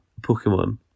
pokemon